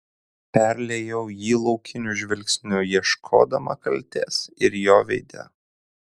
perliejau jį laukiniu žvilgsniu ieškodama kaltės ir jo veide